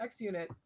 XUnit